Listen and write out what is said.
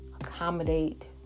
accommodate